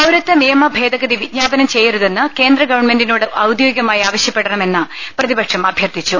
പൌരത്വ നിയമഭേദഗതി വിജ്ഞാപനം ചെയ്യരുതെന്ന് കേന്ദ്ര ഗവൺമെന്റിനോട് ഔദ്യോഗികമായി ആവശ്യപ്പെടണമെന്ന് പ്രതി പക്ഷം അഭ്യർത്ഥിച്ചു